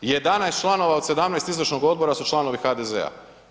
11 članova od 17 izvršnog odbora su članovi HDZ-a.